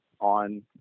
on